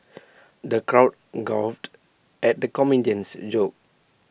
the crowd guffawed at the comedian's jokes